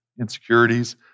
insecurities